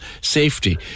safety